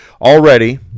already